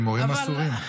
הימורים אסורים.